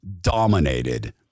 dominated